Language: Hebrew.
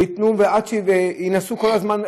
וינסו כל הזמן,